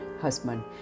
husband